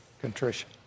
contrition